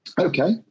Okay